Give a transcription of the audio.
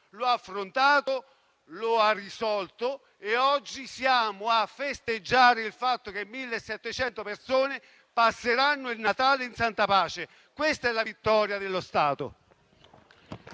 lo ha affrontato, lo ha risolto e oggi siamo a festeggiare il fatto che 1.700 persone passeranno il Natale in santa pace. Questa è la vittoria dello Stato!